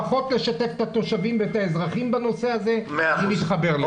לפחות לשתף את התושבים ואת האזרחים בנושא הזה ולהתחבר לזה.